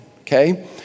okay